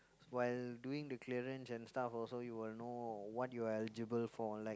so while doing the clearance and stuff also you will know what you are eligible for like